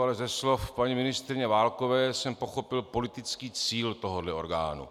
Ale ze slov paní ministryně Válkové jsem pochopil politický cíl tohohle orgánu.